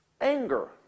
Anger